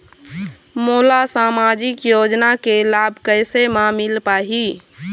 मोला सामाजिक योजना के लाभ कैसे म मिल पाही?